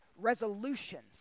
resolutions